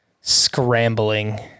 scrambling